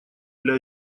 для